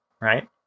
right